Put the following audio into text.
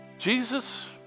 Jesus